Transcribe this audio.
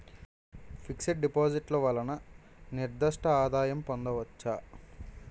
fix డిపాజిట్లు వలన నిర్దిష్ట ఆదాయం పొందవచ్చు